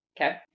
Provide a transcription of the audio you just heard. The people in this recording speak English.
Okay